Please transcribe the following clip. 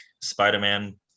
Spider-Man